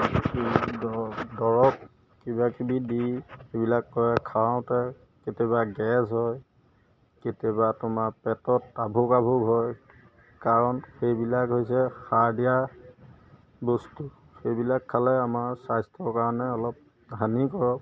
দৰব কিবাকিবি দি সেইবিলাক কৰে খাওঁতে কেতিয়াবা গেছ হয় কেতিয়াবা তোমাৰ পেটত আভোক আভোক হয় কাৰণ সেইবিলাক হৈছে সাৰ দিয়া বস্তু সেইবিলাক খালে আমাৰ স্বাস্থ্যৰ কাৰণে অলপ হানিকাৰক